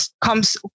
comes